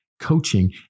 Coaching